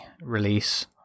release